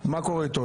מה קורה איתו?